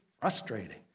frustrating